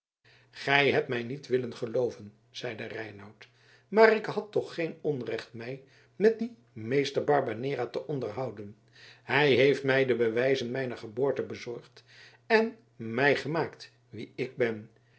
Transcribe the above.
gij hebt mij niet willen gelooven zeide reinout maar ik had toch geen onrecht mij met dien meester barbanera te onderhouden hij heeft mij de bewijzen mijner geboorte bezorgd en mij gemaakt wie ik ben